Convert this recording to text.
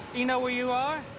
you know where you are?